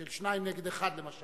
של שניים נגד אחד למשל,